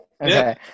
Okay